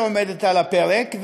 שעומדת על הפרק,